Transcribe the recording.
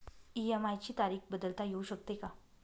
EMI ची तारीख बदलता येऊ शकते का?